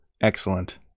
excellent